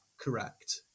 correct